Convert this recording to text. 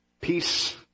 Peace